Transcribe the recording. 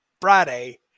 Friday